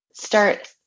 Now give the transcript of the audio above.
start